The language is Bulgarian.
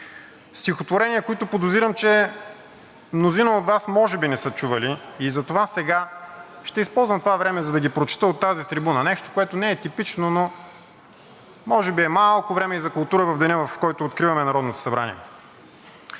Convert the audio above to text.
Стихотворения, които подозирам, че мнозина от Вас може би не са чували и затова сега ще използвам това време, за да ги прочета от тази трибуна – нещо, което не е типично, но може би е малко време и за култура в деня, в който откриваме Народното събрание.